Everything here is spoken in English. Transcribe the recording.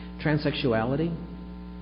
Transsexuality